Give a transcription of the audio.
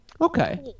Okay